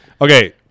Okay